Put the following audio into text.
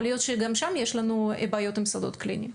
יכול להיות שגם שם יש לנו בעיות עם שדות קליניים.